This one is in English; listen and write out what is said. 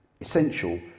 essential